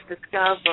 discover